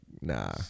nah